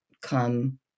come